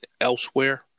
elsewhere